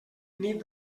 nit